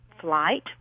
flight